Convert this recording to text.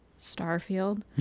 Starfield